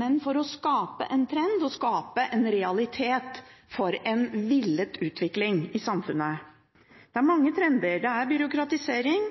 men for å skape en trend og skape en realitet for en villet utvikling i samfunnet. Det er mange trender. Det er byråkratisering.